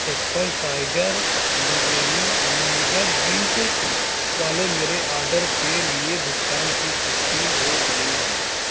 Apple cider beginner vinegar drink वाले मेरे order के लिए भुगतान की पुष्टि हो गई है